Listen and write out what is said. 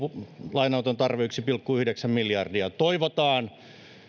lainanoton tarve on yksi pilkku yhdeksän miljardia toivotaan